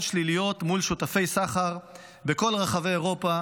שליליות מול שותפי סחר בכל רחבי אירופה,